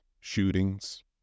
shootings